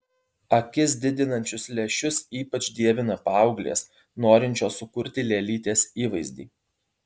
akis didinančius lęšius ypač dievina paauglės norinčios sukurti lėlytės įvaizdį